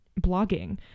blogging